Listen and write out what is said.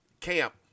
camp